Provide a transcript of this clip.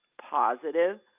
positive